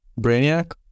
Brainiac